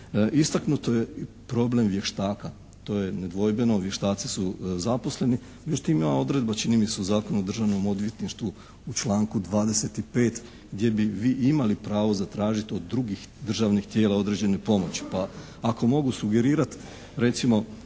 Istaknuto je i problem vještaka. To je nedvojbeno. Vještaci su zaposleni, međutim ima odredba čini mi se u Zakonu o Državnom odvjetništvu u članku 25. gdje bi vi imali pravo zatražiti od drugih državnih tijela određene pomoći, pa ako mogu sugerirat recimo